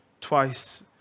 twice